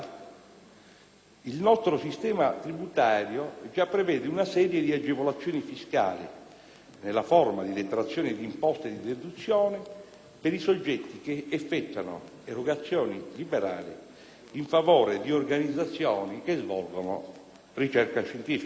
il nostro sistema tributario già prevede una serie di agevolazioni fiscali, nella forma di detrazioni d'imposta e di deduzioni, per i soggetti che effettuano erogazioni liberali in favore di organizzazioni che svolgono ricerca scientifica.